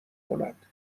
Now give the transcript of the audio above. کند